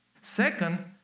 Second